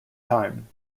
time